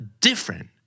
different